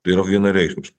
tai yra vienareikšmiškai